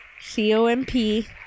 C-O-M-P